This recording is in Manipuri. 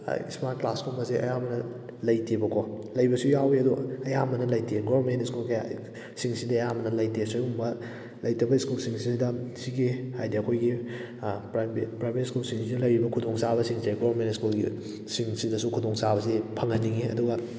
ꯏꯁꯃꯥꯔꯠ ꯀ꯭ꯂꯥꯁꯀꯨꯝꯕꯁꯦ ꯑꯌꯥꯝꯕꯅ ꯂꯩꯇꯦꯕꯀꯣ ꯂꯩꯕꯁꯨ ꯌꯥꯎꯋꯤ ꯑꯗꯣ ꯑꯌꯥꯝꯕꯅ ꯂꯩꯇꯦ ꯒꯣꯔꯃꯦꯟ ꯁ꯭ꯀꯨꯜ ꯀꯌꯥ ꯁꯤꯡꯁꯤꯗꯤ ꯑꯌꯥꯝꯕꯅ ꯂꯩꯇꯦ ꯁꯨꯒꯨꯝꯕ ꯂꯩꯇꯕ ꯁ꯭ꯀꯨꯜꯁꯤꯡ ꯑꯁꯤꯗ ꯁꯤꯒꯤ ꯍꯥꯏꯗꯤ ꯑꯩꯈꯣꯏꯒꯤ ꯄ꯭ꯔꯥꯏꯕꯦꯠ ꯄ꯭ꯔꯥꯏꯕꯦꯠ ꯁ꯭ꯀꯨꯜꯁꯤꯡꯁꯤꯗ ꯂꯩꯔꯤꯕ ꯈꯨꯗꯣꯡꯆꯥꯕꯁꯤꯡꯁꯦ ꯒꯣꯔꯃꯦꯟ ꯁ꯭ꯀꯨꯜꯒꯤꯁꯤꯡꯁꯤꯗꯁꯨ ꯈꯨꯗꯣꯡꯆꯥꯕꯁꯤ ꯐꯪꯍꯟꯅꯤꯡꯉꯤ ꯑꯗꯨꯒ